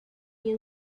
día